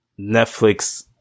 Netflix